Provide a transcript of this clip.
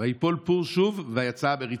וייפול פור שוב ויצאה המריצה.